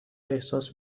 احساس